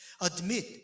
admit